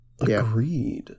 agreed